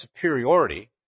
superiority